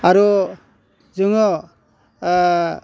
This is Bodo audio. आरो जोङो